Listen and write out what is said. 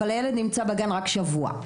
אבל הילד נמצא בגן רק שבוע.